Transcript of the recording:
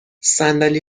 صندلی